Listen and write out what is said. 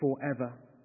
forever